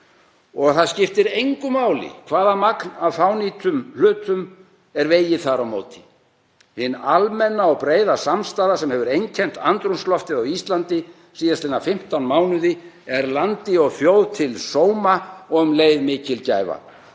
og það skiptir engu máli hvaða magn af fánýtum hlutum er vegið þar á móti. Hin almenna og breiða samstaða sem hefur einkennt andrúmsloftið á Íslandi síðastliðin 15 mánuði er landi og þjóð til sóma og um leið mikil gæfa.